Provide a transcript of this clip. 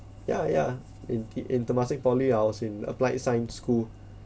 ya ya in in te~ in Temasek poly~ I was in applied science school